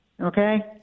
Okay